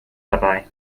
dabei